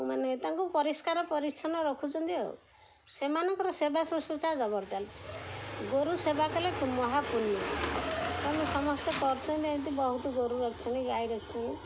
ମାନେ ତାଙ୍କୁ ପରିଷ୍କାର ପରିଚ୍ଛନ୍ନ ରଖୁଛନ୍ତି ଆଉ ସେମାନଙ୍କର ସେବା ଶୁଶ୍ରୁଷା ଚାଲିଛି ଗୋରୁ ସେବା କଲେ ମହାପୁଣ୍ୟ ତେଣୁ ସମସ୍ତେ କରୁଛନ୍ତି ଏମିତି ବହୁତ ଗୋରୁ ରଖିଛନ୍ତି ଗାଈ ରଖିଛନ୍ତି